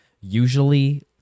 usually